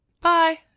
Bye